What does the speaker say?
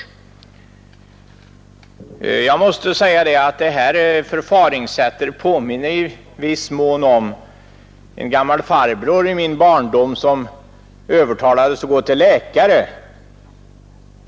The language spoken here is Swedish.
Jag måste säga att detta påminner i viss mån om en gammal farbror i min barndom, som övertalades att gå till läkare.